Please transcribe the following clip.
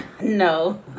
no